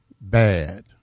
bad